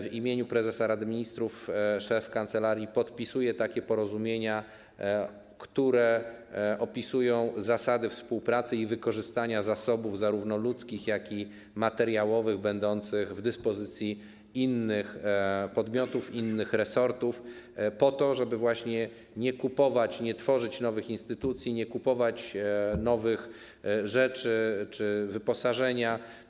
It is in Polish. W imieniu prezesa Rady Ministrów szef kancelarii podpisuje takie porozumienia, które opisują zasady współpracy i wykorzystania zasobów zarówno ludzkich, jak i materiałowych będących w dyspozycji innych podmiotów, innych resortów, po to, żeby nie tworzyć nowych instytucji, nie kupować nowych rzeczy czy wyposażenia.